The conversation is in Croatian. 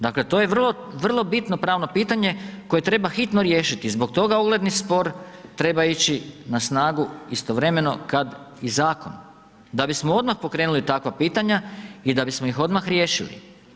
Dakle to je vrlo bitno pravno pitanje koje treba hitno riješiti, zbog toga ogledni spor treba ići na snagu istovremeno kad i zakon, da bismo odmah pokrenuli takva pitanja i da bismo ih odmah riješili.